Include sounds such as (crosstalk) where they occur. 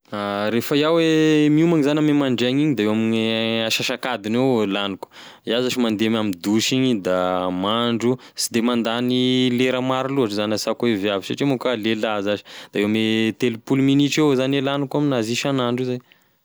(hesitation) Refa iaho e miomagny zany amine mandraigny igny da eo ame asasakadiny eo laniko, iaho zash mande amy douchy igny da mandro sy de mandagny lera maro loatry zany ah sy akoa viavy satria manko iaho lelahy zash da eo ame telopolo minitra eo zany laniko isagnandro zay.